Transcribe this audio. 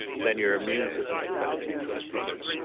then your immune system has a better chance of seeing it.